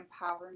empowerment